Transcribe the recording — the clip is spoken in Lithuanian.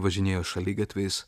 važinėjo šaligatviais